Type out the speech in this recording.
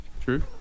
true